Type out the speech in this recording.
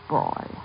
boy